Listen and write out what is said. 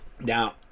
Now